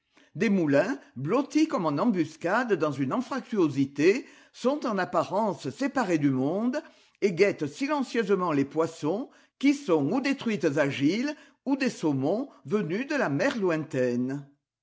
des moulins blottis comme en embuscade dans une anfractuosité sont en apparence séparés du monde et guettent silencieusement les poissons qui sont ou des truites agiles ou des saumons venus de la mer lointaine